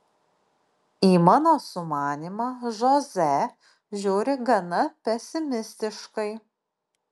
į mano sumanymą žoze žiūri gana pesimistiškai